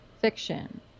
fiction